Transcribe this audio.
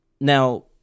Now